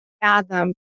fathom